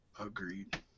Agreed